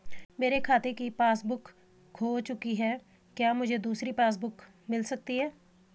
मेरे खाते की बचत पासबुक बुक खो चुकी है क्या मुझे दूसरी पासबुक बुक मिल सकती है?